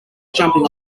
jumping